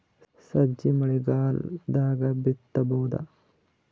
ಸಜ್ಜಿ ಮಳಿಗಾಲ್ ದಾಗ್ ಬಿತಬೋದ?